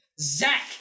Zach